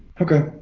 Okay